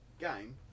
game